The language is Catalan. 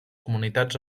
comunitats